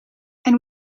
and